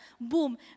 boom